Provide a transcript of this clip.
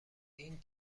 این